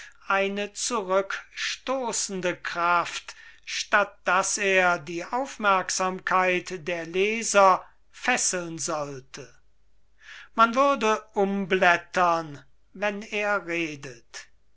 eine zurückstossende kraft statt daß er die aufmerksamkeit der leser fesseln sollte man würde umblättern wenn er redet